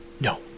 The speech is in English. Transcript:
no